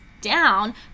down